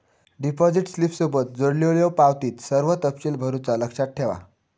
deposit स्लिपसोबत जोडलेल्यो पावतीत सर्व तपशील भरुचा लक्षात ठेवा